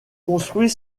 construit